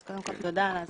אז קודם כל תודה על ההזמנה,